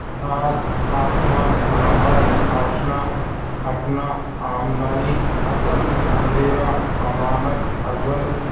آس آسمان آغاز آشنا اپنا آمدنی اصل اندھیرا امانت ازل